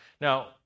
Now